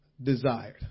desired